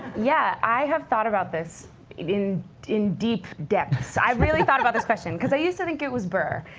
yeah, i have thought about this in in deep depths. i've really thought about this question, because i used to think it was burr,